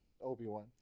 Obi-Wan